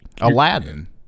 Aladdin